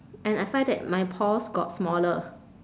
and I find that my pores got smaller